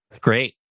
Great